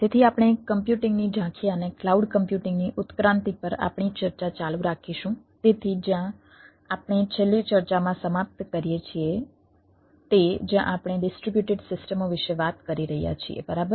તેથી આપણે કમ્પ્યુટિંગ વિશે વાત કરી રહ્યા છીએ બરાબર